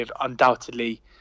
undoubtedly